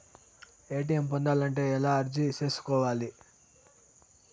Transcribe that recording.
ATM పొందాలంటే ఎలా అర్జీ సేసుకోవాలి?